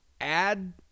Add